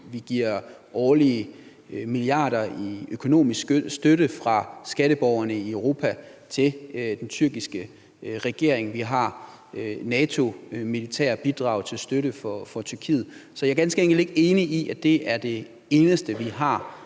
Vi giver årligt milliarder i økonomisk støtte fra skatteborgerne i Europa til den tyrkiske regering. Vi har militære bidrag fra NATO til støtte for Tyrkiet. Så jeg er ganske enkelt ikke enig i, at det er det eneste, vi har